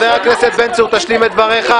חבר הכנסת בן צור, תשלים את דבריך.